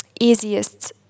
easiest